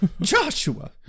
Joshua